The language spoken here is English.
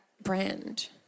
brand